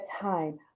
time